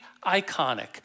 iconic